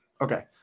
Okay